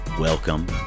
Welcome